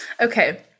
okay